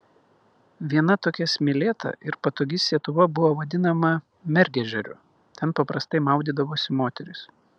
viena tokia smėlėta ir patogi sietuva buvo vadinama mergežeriu ten paprastai maudydavosi moterys